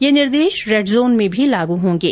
ये निर्देश रेडजोन में भी लागू होंगे